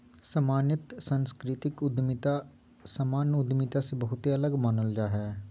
सामान्यत सांस्कृतिक उद्यमिता सामान्य उद्यमिता से बहुते अलग मानल जा हय